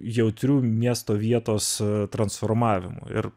jautriu miesto vietos transformavimu ir